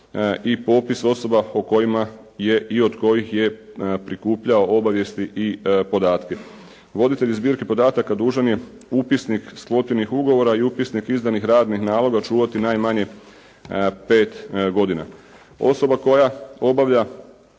i popis osoba o kojima je i od kojih je prikupljao obavijesti i podatke. Voditelj zbirke podataka dužan je upisnik slotivnih ugovora i upisnik izdanih radnih naloga čuvati najmanje pet godina. Osoba koja obavlja